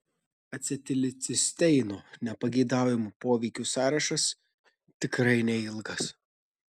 acetilcisteino nepageidaujamų poveikių sąrašas tikrai neilgas